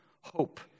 hope